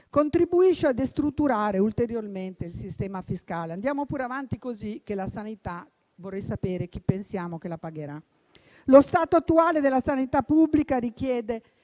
contribuisce a destrutturare ulteriormente il sistema fiscale. Andiamo pure avanti così, ma vorrei sapere la sanità chi pensiamo che la pagherà. Lo stato attuale della sanità pubblica richiede